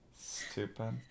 stupid